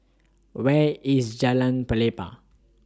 Where IS Jalan Pelepah